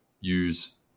use